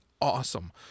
awesome